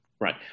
Right